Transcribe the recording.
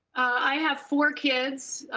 i have four kids.